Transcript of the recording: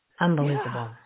Unbelievable